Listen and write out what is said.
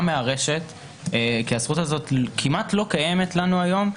מהרשת כי הזכות הזו כמעט לא קיימת לנו היום,